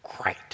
great